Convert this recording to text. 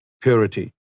purity